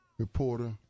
Reporter